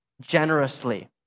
generously